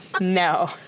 No